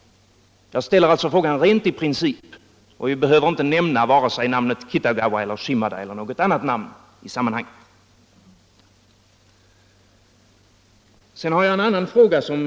Jag ställer alltså frågan rent i princip, och vi behöver inte nämna Kitagawa, Shimada eller något annat namn i sammanhanget.